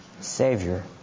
Savior